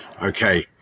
Okay